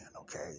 okay